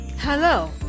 Hello